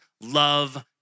love